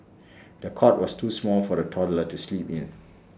the cot was too small for the toddler to sleep in